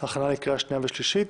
הכנה לקריאה שנייה ושלישית,